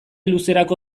luzerako